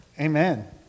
Amen